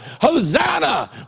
Hosanna